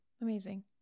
amazing